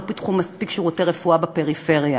פיתחו מספיק שירותי רפואה בפריפריה.